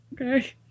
Okay